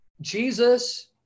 Jesus